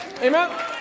Amen